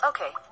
Okay